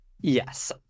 yes